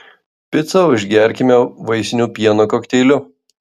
picą užgerkime vaisiniu pieno kokteiliu